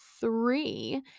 three